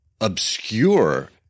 obscure